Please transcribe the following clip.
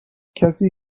کسی